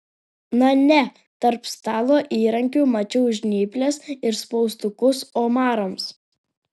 na ne tarp stalo įrankių mačiau žnyples ir spaustukus omarams